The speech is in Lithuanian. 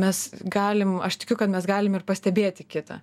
mes galim aš tikiu kad mes galim ir pastebėti kitą